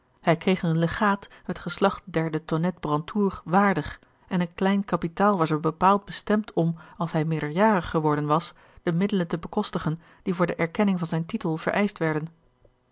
hij kreeg een legaat het geslacht der de tonnettes brantour waardig en een klein kapitaal was er bepaald bestemd om als hij meerderjarig geworden was de middelen te bekostigen die voor de erkenning van zijn titel vereischt werden